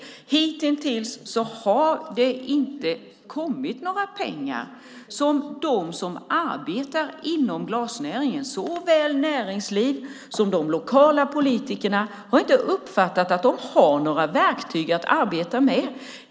Hitintills har det inte kommit några pengar till dem som arbetar inom glasnäringen. Varken näringsliv eller de lokala politikerna har uppfattat att de har några verktyg att arbeta med.